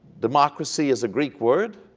democracy is a greek word